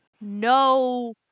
no